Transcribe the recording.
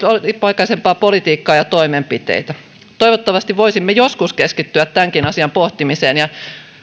pitkäaikaisempaa politiikkaa ja toimenpiteitä toivottavasti voisimme joskus keskittyä tämänkin asian pohtimiseen ja